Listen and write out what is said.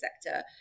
sector